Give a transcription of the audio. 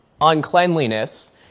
uncleanliness